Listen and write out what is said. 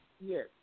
Yes